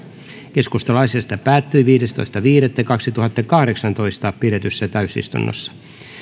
keskustelu asiasta päättyi viidestoista viidettä kaksituhattakahdeksantoista pidetyssä täysistunnossa